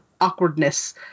awkwardness